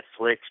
Netflix